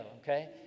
okay